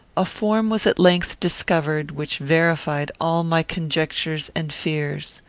a form was at length discovered which verified all my conjectures and fears.